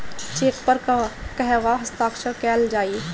Check पर कहवा हस्ताक्षर कैल जाइ?